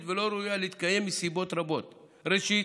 ולא ראויה להתקיים מסיבות רבות: ראשית,